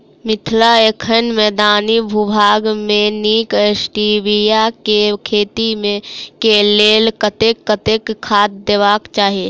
मिथिला एखन मैदानी भूभाग मे नीक स्टीबिया केँ खेती केँ लेल कतेक कतेक खाद देबाक चाहि?